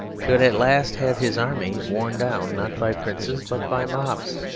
should at last have his army worn down, not by princes but by mobs.